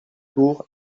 tour